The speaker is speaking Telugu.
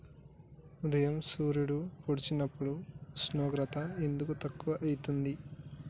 ఉదయం సూర్యుడు పొడిసినప్పుడు ఉష్ణోగ్రత ఎందుకు తక్కువ ఐతుంది?